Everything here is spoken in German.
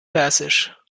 persisch